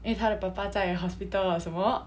因为她的爸爸在 hospital or 什么